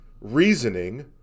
reasoning